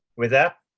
with that,